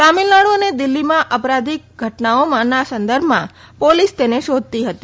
તામિલનાડુ અને દિલ્હીમાં અપરાધીક ઘટનાઓના સંદર્ભમાં પોલીસ તેને શોધતી હતી